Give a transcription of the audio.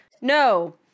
No